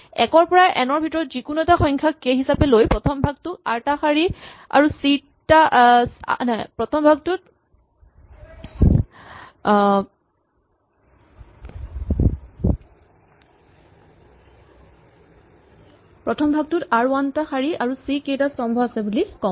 এক ৰ পৰা এন ৰ ভিতৰত যিকোনো এটা সংখ্যাক কে হিচাপে লৈ প্ৰথম ভাগটোত আৰ ৱান টা শাৰী আৰু চি কে টা স্তম্ভ আছে বুলি ক'ম